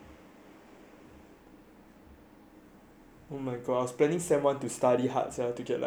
oh my god I was planning sem one to study hard to get like a few four point something